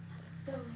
what the